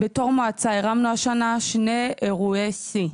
בתור מועצה הרמנו השנה שני אירועי שיא.